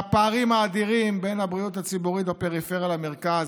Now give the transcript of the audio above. והפערים האדירים בין הבריאות הציבורית בפריפריה למרכז,